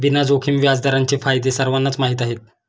विना जोखीम व्याजदरांचे फायदे सर्वांनाच माहीत आहेत